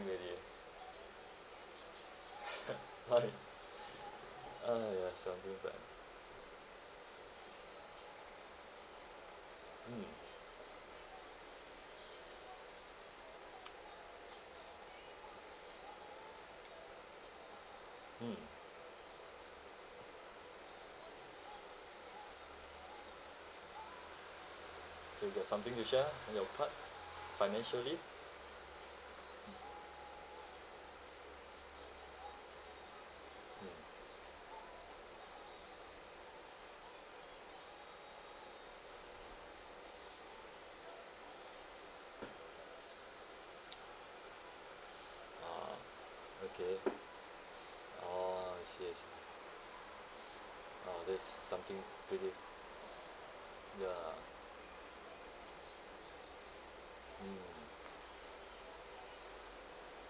already right ah yes I feel bad ah mm mm so you got something to share in your part financially mm a'ah okay orh I see I see orh that's something really ya mm